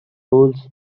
fools